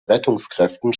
rettungskräften